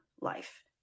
life